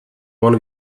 one